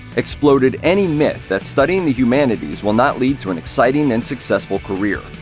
exploded any myth that studying the humanities will not lead to an exciting and successful career.